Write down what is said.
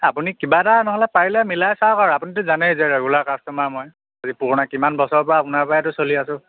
আপুনি কিবা এটা নহ'লে পাৰিলে মিলাই চাওক আৰু আপুনিতো যানেই যে ৰেগুলাৰ কাষ্টমাৰ মই পুৰণা কিমান বছৰৰ পৰা আপোনাৰ পৰাইতো চলি আছোঁ